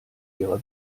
ihrer